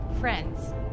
friends